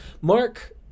Mark